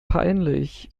peinlich